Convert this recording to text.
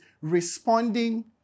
responding